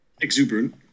exuberant